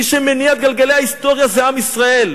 מי שמניע את גלגלי ההיסטוריה זה עם ישראל.